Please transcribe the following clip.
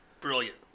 brilliant